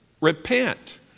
repent